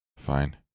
Fine